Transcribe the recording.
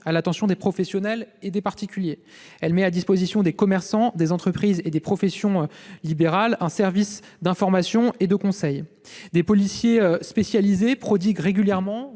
en direction des professionnels et des particuliers. Dans ce cadre, elle met à la disposition des commerçants, des entreprises et des professions libérales un service d'information et de conseil. Des policiers spécialisés prodiguent régulièrement